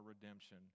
redemption